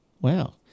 Wow